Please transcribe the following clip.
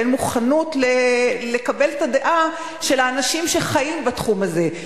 ואין מוכנות לקבל את הדעה של האנשים שחיים בתחום הזה.